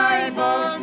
Bible